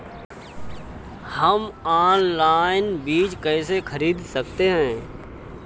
हम ऑनलाइन बीज कैसे खरीद सकते हैं?